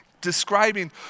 Describing